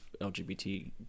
LGBT